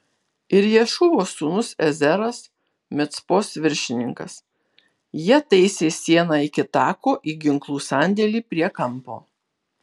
ir ješūvos sūnus ezeras micpos viršininkas jie taisė sieną iki tako į ginklų sandėlį prie kampo